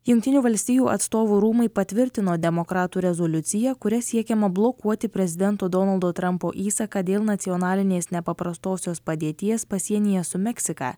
jungtinių valstijų atstovų rūmai patvirtino demokratų rezoliuciją kuria siekiama blokuoti prezidento donaldo trampo įsaką dėl nacionalinės nepaprastosios padėties pasienyje su meksika